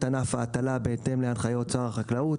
ענף ההטלה בהתאם להנחיות שר החקלאות.